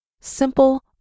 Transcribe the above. Simple